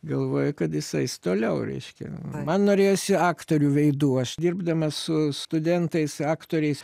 galvoju kad jis ais toliau reiškia man norėjosi aktorių veidų aš dirbdamas su studentais aktoriais